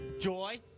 Joy